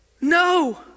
No